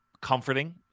comforting